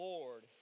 Lord